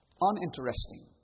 uninteresting